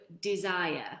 desire